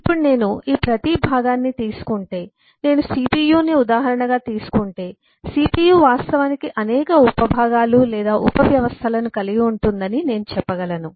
ఇప్పుడు నేను ఈ ప్రతి భాగాన్ని తీసుకుంటే నేను CPU ని ఉదాహరణగా తీసుకుంటే CPU వాస్తవానికి అనేక ఉప భాగాలు లేదా ఉప వ్యవస్థలను కలిగి ఉంటుందని నేను చెప్పగలను